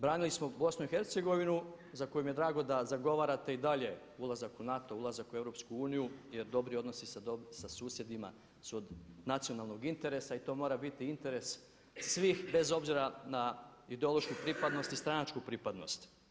Branili smo BiH za koju mi je drago da zagovarate i dalje ulazak u NATO, ulazak u EU jer dobri odnosi sa susjedima su od nacionalnog interesa i to mora biti interes svih bez obzira na ideološku i stranačku pripadnost.